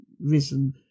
risen